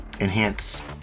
enhance